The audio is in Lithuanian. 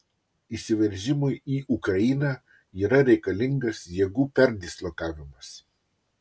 įsiveržimui į ukrainą yra reikalingas jėgų perdislokavimas